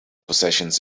possessions